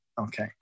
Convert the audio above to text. okay